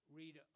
read